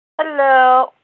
Hello